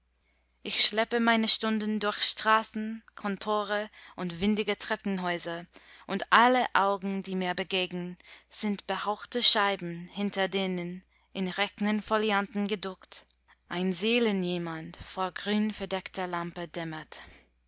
ich schleppe meine stunden durch straßen kontore und windige treppenhäuser und alle augen die mir begegnen sind behauchte scheiben hinter denen in rechnen folianten geduckt ein seelen jemand vor grün verdeckter lampe dämmert